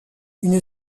une